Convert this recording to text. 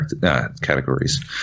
categories